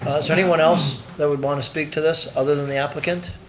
is there anyone else that would want to speak to this other than the applicant?